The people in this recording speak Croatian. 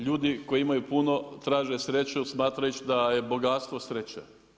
Ljudi koji imaju puno traže sreću smatrajući da je bogatstvo sreća.